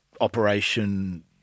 operation